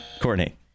Courtney